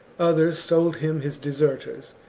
others sold him his deserters,